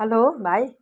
hello भाइ